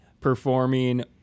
performing